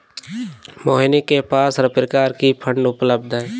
मोहिनी के पास हर प्रकार की फ़ंड उपलब्ध है